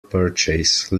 purchase